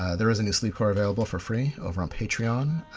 ah there is a new sleepcore available for free over on patreon.